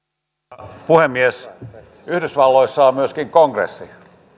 arvoisa puhemies yhdysvalloissa on myöskin kongressi